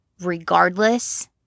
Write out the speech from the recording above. regardless